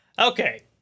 Okay